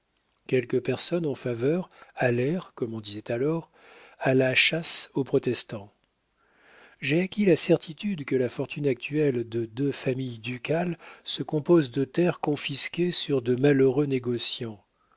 quelques personnes en faveur allèrent comme on disait alors à la chasse aux protestants j'ai acquis la certitude que la fortune actuelle de deux familles ducales se compose de terres confisquées sur de malheureux négociants